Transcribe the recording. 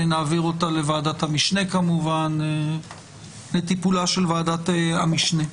ונעביר כמובן לטיפולה של ועדת המשנה.